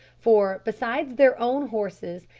for, besides their own horses,